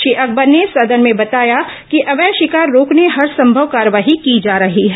श्री अकबर ने सदन में बताया कि अवैध शिकार रोकने हरसंमव कार्रवाई की जा रही है